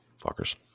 fuckers